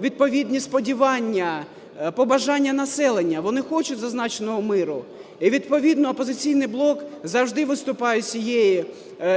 відповідні сподівання-побажання населення. Вони хочуть зазначеного миру. І відповідно "Опозиційний блок" завжди виступає з цією